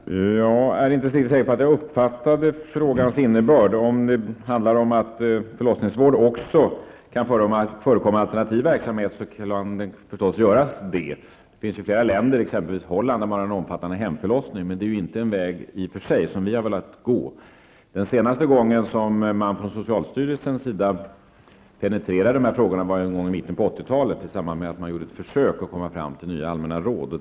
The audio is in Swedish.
Herr talman! Jag är inte riktigt säker på att jag uppfattade frågans innebörd. Om frågan handlade om huruvida förlossningsvård kan förekomma också inom alternativ verksamhet, så kan den förstås göra det. Det finns flera länder, t.ex. Holland, där man har en omfattande hemförlossning, men det är i och för sig inte en väg som vi har velat gå. Den senaste gången som man från socialstyrelsens sida penetrerade dessa frågor var i mitten av 80 talet i samband med att man gjorde ett försök att komma fram till nya allmänna råd.